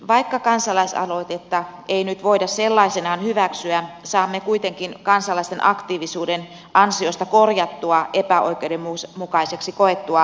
vaikka kansalaisaloitetta ei nyt voida sellaisenaan hyväksyä saamme kuitenkin kansalaisten aktiivisuuden ansiosta korjattua epäoikeudenmukaiseksi koettua lainsäädäntöä